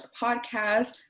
podcast